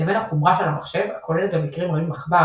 לבין החומרה של המחשב הכוללת במקרים רבים עכבר,